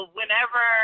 whenever